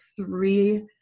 three